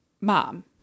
Mom